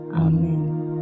Amen